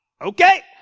okay